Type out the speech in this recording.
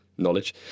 knowledge